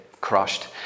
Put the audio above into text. crushed